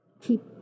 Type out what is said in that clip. keep